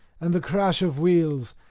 and the crash of wheels,